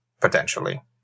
potentially